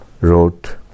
wrote